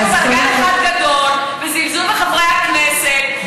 יש פה בלגן אחד גדול וזלזול בחברי הכנסת.